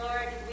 Lord